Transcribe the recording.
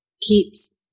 keeps